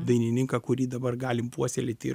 dainininką kurį dabar galim puoselėti ir